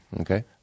Okay